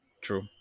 True